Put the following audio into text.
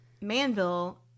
Manville